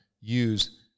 use